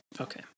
Okay